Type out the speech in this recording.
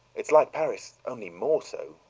it's like paris only more so,